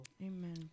amen